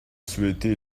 souhaité